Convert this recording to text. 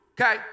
okay